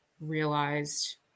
realized